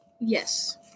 Yes